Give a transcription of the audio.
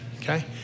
Okay